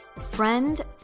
Friend